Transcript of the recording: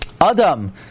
adam